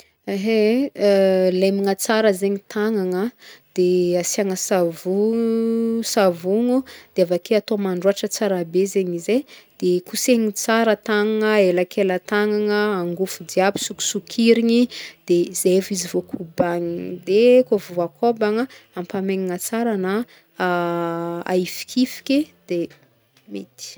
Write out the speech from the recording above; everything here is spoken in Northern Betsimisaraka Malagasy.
Ehe lemagna tsara zegny tagnagna, de asiagna savo savogno, de avake atao mandroàtra tsara be zegny izy e, de kosehigny tsara tagnagna, elankelan-tagnagna, angôfo jiaby sokisokirigny de zay fô izy vao kobagnigny, de kaofa voakobagna de ampahamaignigny tsara na ahifikifiky de mety.